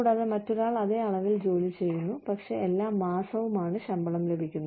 കൂടാതെ മറ്റൊരാൾ അതേ അളവിൽ ജോലി ചെയ്യുന്നു പക്ഷേ എല്ലാ മാസവും ശമ്പളം ലഭിക്കുന്നു